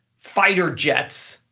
fighter jets,